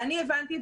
ואני הבנתי,